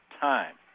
Time